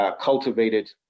cultivated